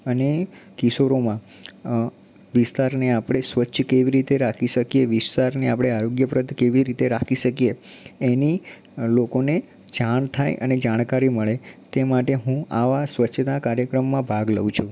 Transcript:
અને કિશોરોમાં અ વિસ્તારને આપણે સ્વચ્છ કેવી રીતે રાખી શકીએ કે વિસ્તારને આપણે આરોગ્યપ્રદ કેવી રીતે રાખી શકીએ એની લોકોને જાણ થાય અને લોકોને જાણકારી મળે તે માટે હું આવાં સ્વચ્છતા કાર્યક્રમમાં ભાગ લઉં છું